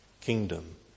kingdom